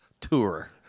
Tour